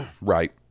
right